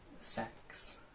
sex